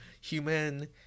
Human